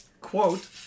quote